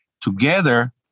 Together